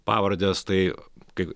pavardes tai kai